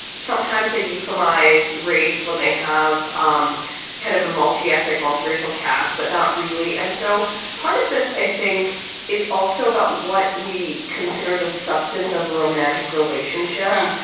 sometimes they you from eyes race when they have um kind of a multiethnic multiracial cast but not really. and so part of this i think is also about what we consider the substance of a romantic relationship.